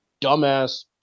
dumbass